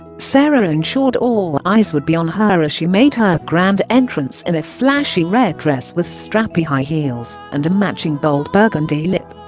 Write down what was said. sarah ensured all eyes would be on her as she made her grand entrance in a flashy red dress with strappy high heels and a matching bold burgundy lip